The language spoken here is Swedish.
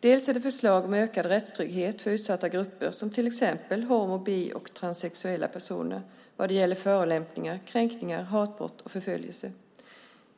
Dels är det förslag om ökad rättstrygghet för utsatta grupper, till exempel homo-, bi och transsexuella personer, vad det gäller förolämpningar, kränkningar, hatbrott och förföljelse,